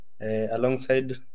alongside